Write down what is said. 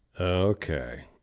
Okay